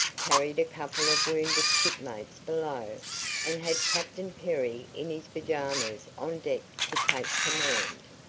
carried a couple of wounded shipmates below and had captain perry in his pajamas on deck to take command.